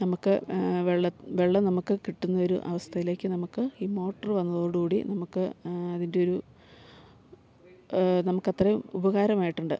നമുക്ക് വെള്ള വെള്ളം നമുക്ക് കിട്ടുന്ന ഒരു അവസ്ഥയിലേക്ക് നമുക്ക് ഈ മോട്ടറ് വന്നതോടുകൂടി നമുക്ക് അതിൻ്റെ ഒരു നമുക്കത്രയും ഉപകാരമായിട്ടുണ്ട്